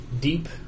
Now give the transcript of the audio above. deep